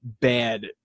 bad